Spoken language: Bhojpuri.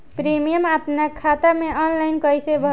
प्रीमियम अपना खाता से ऑनलाइन कईसे भरेम?